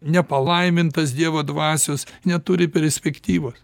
nepalaimintas dievo dvasios neturi perspektyvos